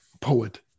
poet